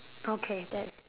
okay that's